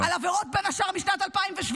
-- על עבירות, בין השאר משנת 2017,